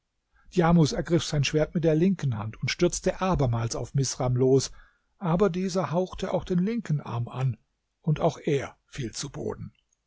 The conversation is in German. djamus ergriff sein schwert mit der linken hand und stürzte abermals auf misram los aber dieser hauchte auch den linken arm an und auch er fiel zu boden